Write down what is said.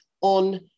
on